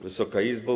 Wysoka Izbo!